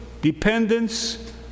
dependence